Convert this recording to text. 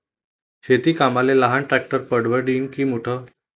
शेती कामाले लहान ट्रॅक्टर परवडीनं की मोठं?